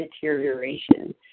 deterioration